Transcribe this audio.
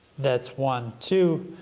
that's one. two,